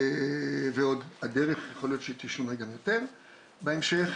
ועוד הדרך יכול להיות שתשונה גם יותר בהמשך.